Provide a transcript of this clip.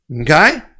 Okay